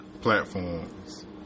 platforms